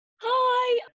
Hi